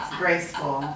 graceful